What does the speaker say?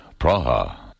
Praha